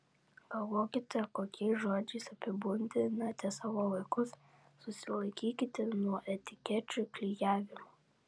galvokite kokiais žodžiais apibūdinate savo vaikus susilaikykite nuo etikečių klijavimo